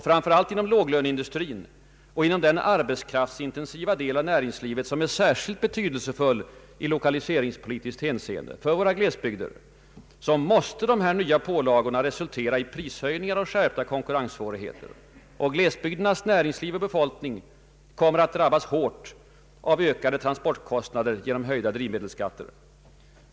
Framför allt inom låglöneindustrin och inom den arbetskraftsintensiva del av näringslivet som är särskilt betydelsefull i lokaliseringspolitiskt hänseende för våra glesbygder måste de nya pålagorna resultera i prishöjningar och skärpta konkurrenssvårigheter. Glesbygdernas = näringsliv och befolkning kommer att drabbas hårt av ökade transportkostnader genom höjda drivmedelsskatter.